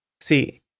See